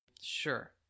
Sure